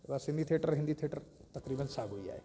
व Sindhi theatre Hindi theatre तक़रीबन साॻियो ई आहे